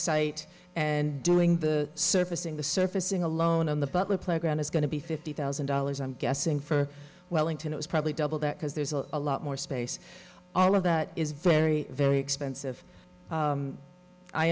site and doing the surfacing the surfacing alone on the butler playground is going to be fifty thousand dollars i'm guessing for wellington it was probably double that because there's a lot more space all of that is very very expensive